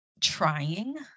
trying